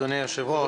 אדוני היושב-ראש,